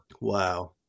Wow